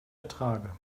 ertrage